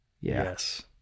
Yes